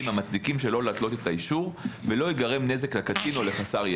המצדיקים שלא להתלות את האישור ולא ייגרם נזק לקטין או לחסר ישע.